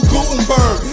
Gutenberg